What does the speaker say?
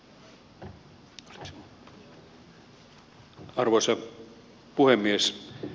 arvoisa puhemies